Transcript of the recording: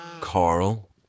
Carl